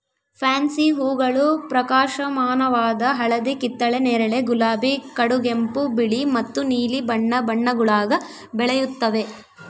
fancy ಹೂಗಳು ಪ್ರಕಾಶಮಾನವಾದ ಹಳದಿ ಕಿತ್ತಳೆ ನೇರಳೆ ಗುಲಾಬಿ ಕಡುಗೆಂಪು ಬಿಳಿ ಮತ್ತು ನೀಲಿ ಬಣ್ಣ ಬಣ್ಣಗುಳಾಗ ಬೆಳೆಯುತ್ತವೆ